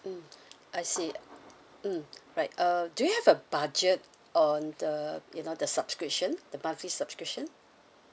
mm I see mm right uh do you have a budget on the you know the subscription the monthly subscription